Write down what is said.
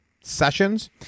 sessions